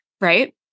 right